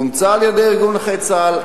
אומצה על-ידי ארגון נכי צה"ל,